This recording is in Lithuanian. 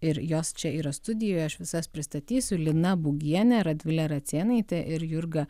ir jos čia yra studijoj aš visas pristatysiu lina būgienė radvilė ratsėnaitė ir jurga